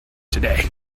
today